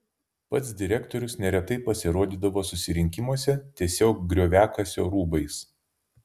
pats direktorius neretai pasirodydavo susirinkimuose tiesiog grioviakasio rūbais